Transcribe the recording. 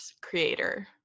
creator